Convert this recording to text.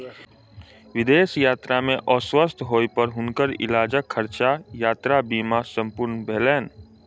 विदेश यात्रा में अस्वस्थ होय पर हुनकर इलाजक खर्चा यात्रा बीमा सॅ पूर्ण भेलैन